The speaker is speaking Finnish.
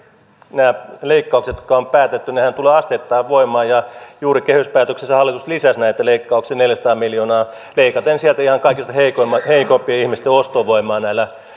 nämä leikkauksethan jotka on päätetty tulevat asteittain voimaan ja juuri kehyspäätöksessä hallitus lisäsi näitä leikkauksia neljäsataa miljoonaa leikaten sieltä ihan kaikista heikoimpien heikoimpien ihmisten ostovoimaa